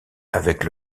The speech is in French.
avec